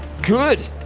Good